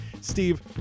Steve